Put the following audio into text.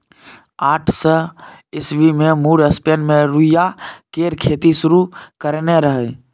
आठ सय ईस्बी मे मुर स्पेन मे रुइया केर खेती शुरु करेने रहय